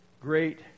great